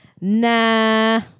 Nah